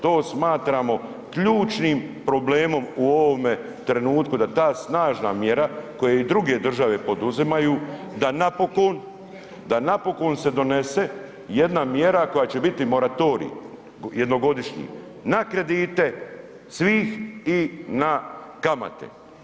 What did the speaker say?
To smatramo ključnim problemom u ovome trenutku, da ta snažna mjera koju i druge države poduzimaju, da napokon, da napokon se donese jedna mjera koja će biti moratorij, jednogodišnji, na kredite svih i na kamate.